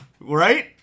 Right